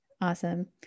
Awesome